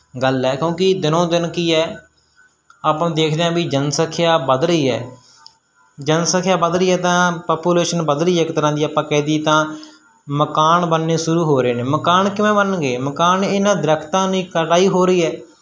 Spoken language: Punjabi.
ਗੱਲ ਹੈ ਕਿਉਂਕਿ ਦਿਨੋਂ ਦਿਨ ਕੀ ਹੈ ਆਪਾਂ ਨੂੰ ਦੇਖਦੇ ਹਾਂ ਵੀ ਜੰਨਸੰਖਿਆ ਵੱਧ ਰਹੀ ਹੈ ਜਨਸੰਖਿਆ ਵੱਧ ਰਹੀ ਹੈ ਤਾਂ ਪਾਪੂਲੇਸ਼ਨ ਵੱਧ ਰਹੀ ਹੈ ਇੱਕ ਤਰ੍ਹਾਂ ਦੀ ਆਪਾਂ ਕਹਿ ਦਈਏ ਤਾਂ ਮਕਾਨ ਬਣਨੇ ਸ਼ੁਰੂ ਹੋ ਰਹੇ ਨੇ ਮਕਾਨ ਕਿਵੇਂ ਬਣਨਗੇ ਮਕਾਨ ਇਹਨਾਂ ਦਰਖਤਾਂ ਨੇ ਕਟਾਈ ਹੋ ਰਹੀ ਹੈ